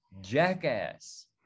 jackass